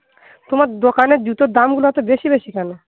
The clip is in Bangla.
তোমার দোকানে জুতোর দামগুলো অতো বেশি বেশি কেন